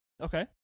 Okay